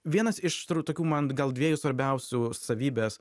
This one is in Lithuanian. vienas iš turbūt tokių man gal dviejų svarbiausių savybės